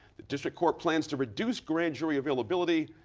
the district court plans to reduce grand jury availability,